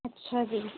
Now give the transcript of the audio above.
ਅੱਛਾ ਜੀ